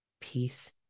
peace